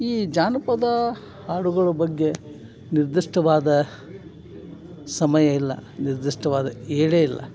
ಈ ಜಾನಪದ ಹಾಡುಗಳ ಬಗ್ಗೆ ನಿರ್ದಿಷ್ಟವಾದ ಸಮಯ ಇಲ್ಲ ನಿರ್ದಿಷ್ಟವಾದ ಏಳೆ ಇಲ್ಲ